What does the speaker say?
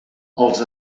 els